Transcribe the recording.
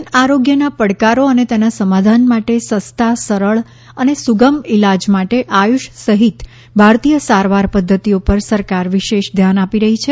જન આરોગ્યના પડકારો અને તેના સમાધાન માટે સસ્તા સરળ અને સુગમ ઇલાજ માટે આયુષ સહિત ભારતીય સારવાર પધ્ધતિઓ પર સરકાર વિશેષ ધ્યાન આપી રહી છે